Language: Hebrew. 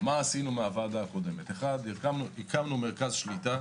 מה עשינו מהוועדה הקודמת הקמנו מרכז שליטה